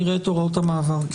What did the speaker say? נראה את הוראות המעבר.